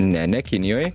ne ne kinijoj